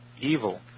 evil